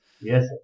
Yes